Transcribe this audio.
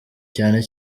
cyane